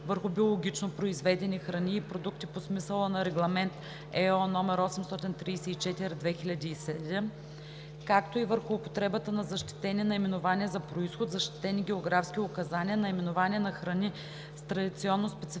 върху биологично произведени храни и продукти по смисъла на Регламент (ЕО) № 834/2007, както и върху употребата на защитени наименования за произход, защитени географски указания, наименования на храни с традиционно специфичен